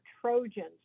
trojans